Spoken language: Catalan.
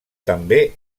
també